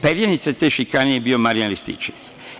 Perjanica te šikane je bio Marijan Rističević.